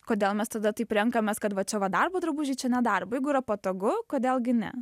kodėl mes tada taip renkamės kad va čia va darbo drabužiai čia nedarbo jeigu yra patogu kodėl gi ne